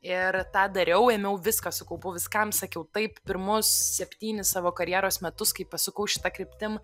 ir tą dariau ėmiau viską su kaupu viskam sakiau taip pirmus septyni savo karjeros metus kai pasukau šita kryptim